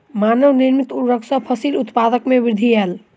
मानव निर्मित उर्वरक सॅ फसिल उत्पादन में वृद्धि आयल